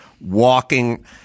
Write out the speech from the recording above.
walking